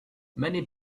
many